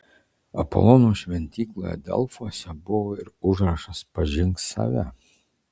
apolono šventykloje delfuose buvo ir užrašas pažink save